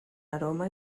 aroma